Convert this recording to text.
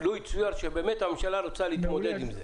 לו יצויר שבאמת הממשלה רוצה להתמודד עם זה?